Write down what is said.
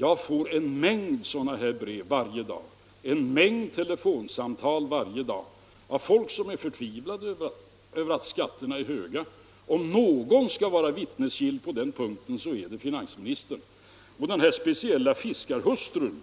Jag får en mängd sådana brev och telefonsamtal varje dag från människor som är förtvivlade över att skatterna är höga. Om någon skall vara vittnesgill på den punkten så är det finansministern. Och den här speciella fiskarhustrun